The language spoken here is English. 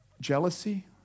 jealousy